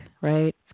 right